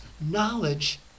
knowledge